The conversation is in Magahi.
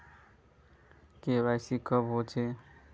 के.वाई.सी कब होचे?